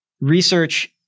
research